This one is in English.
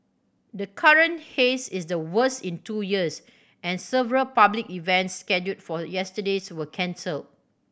the current haze is the worst in two years and several public events scheduled for yesterdays were cancelled